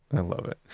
and i love it.